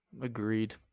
Agreed